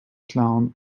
clown